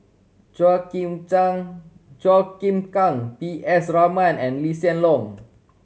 Chua Chim Chua Chim Kang P S Raman and Lee Hsien Loong